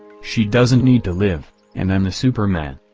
she doesn't need to live, and i'm the superman.